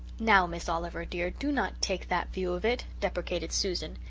now, miss oliver dear, do not take that view of it, deprecated susan.